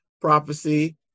prophecy